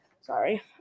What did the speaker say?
Sorry